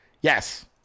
Yes